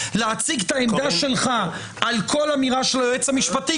להציג את העמדה שלך על כל אמירה של היועץ המשפטי,